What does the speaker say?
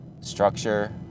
structure